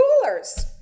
coolers